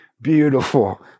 beautiful